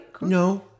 No